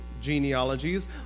genealogies